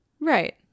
Right